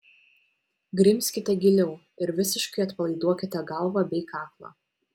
grimzkite giliau ir visiškai atpalaiduokite galvą bei kaklą